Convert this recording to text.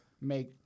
make